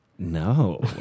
No